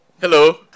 Hello